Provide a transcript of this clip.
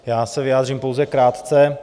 Já se vyjádřím pouze krátce.